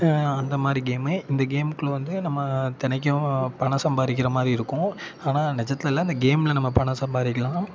அந்த மாதிரி கேமு இந்த கேம்குள்ளே வந்து நம்ம தினைக்கும் பணம் சம்பாதிக்குற மாதிரி இருக்கும் ஆனால் நெஜத்தில் இல்லை அந்த கேமில் நம்ம பணம் சம்பாதிக்கலாம்